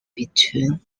between